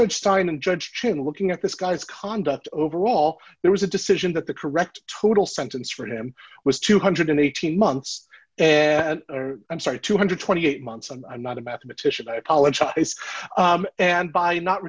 and judge chin looking at this guy's conduct overall there was a decision that the correct total sentence for him was two hundred and eighteen months and i'm sorry two hundred and twenty eight months and i'm not a mathematician i apologize and by not